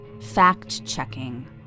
Fact-Checking